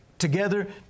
together